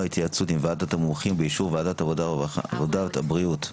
מתכבד לפתוח את ישיבת ועדת הבריאות בנושא: